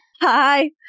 Hi